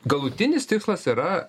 galutinis tikslas yra